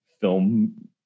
film